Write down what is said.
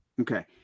Okay